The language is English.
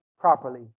properly